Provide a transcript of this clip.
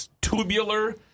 tubular